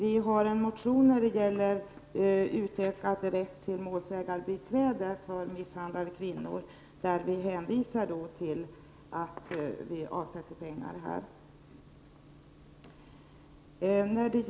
I vår motion om utökad rätt till målsägandebiträde för misshandlade kvinnor hänvisar vi "ill att vi avsätter pengar till ändamålet.